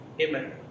Amen